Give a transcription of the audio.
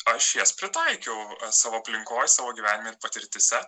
aš jas pritaikiau savo aplinkoj savo gyvenime ir patirtyse